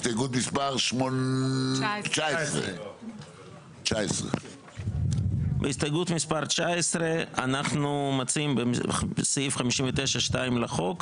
הסתייגות מספר 19. בהסתייגות מספר 19 אנחנו מציעים בסעיף 59(2) לחוק,